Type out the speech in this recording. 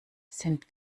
sind